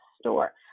store